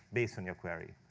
based on your query.